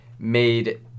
made